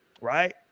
right